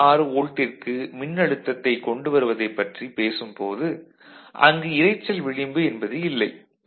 66 வோல்ட்டிற்கு மின்னழுத்தத்தைக் கொண்டு வருவதைப் பற்றி பேசும் போது அங்கு இரைச்சல் விளிம்பு என்பது இல்லை